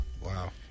Wow